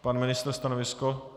Pan ministr stanovisko.